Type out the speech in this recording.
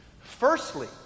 Firstly